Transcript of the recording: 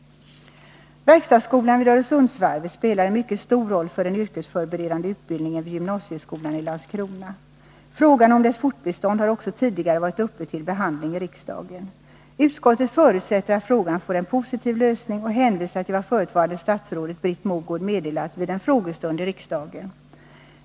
Verkstadsskolan vid Öresundsvarvet spelar en mycket stor roll för den yrkesförberedande utbildningen vid gymnasieskolan i Landskrona. Frågan om dess fortbestånd har också tidigare varit uppe till behandling i riksdagen. Utskottet förutsätter att frågan får en positiv lösning och hänvisar till vad förutvarande statsrådet Britt Mogård meddelat vid en frågestund i riksdagen.